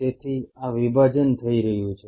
તેથી આ વિભાજન થઈ રહ્યું છે